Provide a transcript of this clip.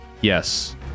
Yes